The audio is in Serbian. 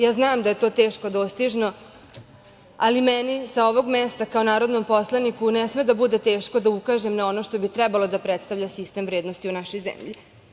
Ja znam da je to teško dostižno, ali meni, sa ovog mesta, kao narodnom poslaniku, ne sme da bude teško da ukažem na ono što bi trebalo da predstavlja sistem vrednosti u našoj zemlji.